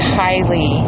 highly